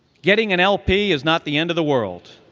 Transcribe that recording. getting an lp is not the end of the world.